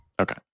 Okay